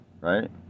right